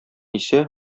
исә